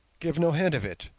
give no hint of it.